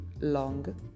long